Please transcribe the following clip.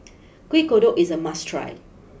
Kueh Kodok is a must try